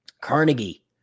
Carnegie